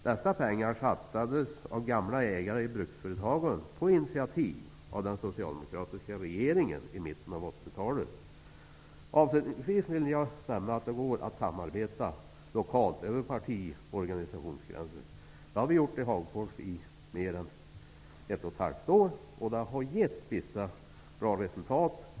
Dessa pengar satsades av gamla ägare i Avslutningsvis vill jag nämna att det går att samarbeta lokalt över parti och organisationsgränser. Det har vi gjort i Hagfors i mer än ett och ett halvt år. Det har gett bra resultat.